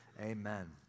amen